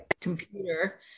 computer